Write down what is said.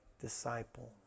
disciple